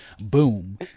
boom